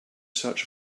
search